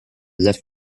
left